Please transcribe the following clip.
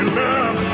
love